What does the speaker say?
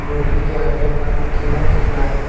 मुर्गी के अंडे का कीमत कितना है?